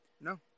No